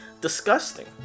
disgusting